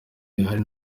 rihari